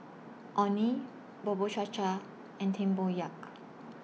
Orh Nee Bubur Cha Cha and Tempoyak